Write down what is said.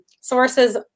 sources